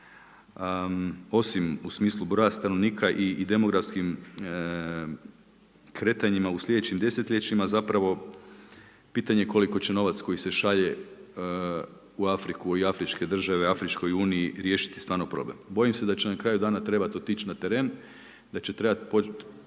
Osim u smislu broja stanovnika i demografskim kretanjima u slijedećim desetljećima, zapravo pitanje koliko će novac koji se šalje u Afriku i afričke države, Afričkoj Uniji, riješiti stvarno problem. Bojim se da će na kraju dana trebati otići na teren, da će trebati